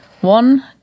one